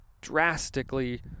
drastically